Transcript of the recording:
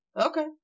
okay